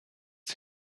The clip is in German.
uns